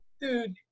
dude